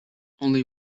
only